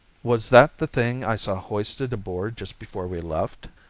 was that the thing i saw hoisted aboard just before we left?